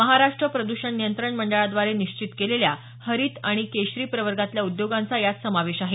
महाराष्ट्र प्रद्षण नियंत्रण मंडळाद्वारे निश्चित केलेल्या हरीत आणि केशरी प्रवर्गातल्या उद्योगांचा यात समावेश आहे